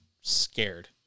scared